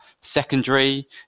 secondary